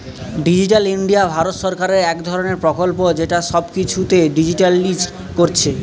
digital India Bharat সরকারের একটা ধরণের প্রকল্প যেটা সব কিছুকে ডিজিটালিসড কোরছে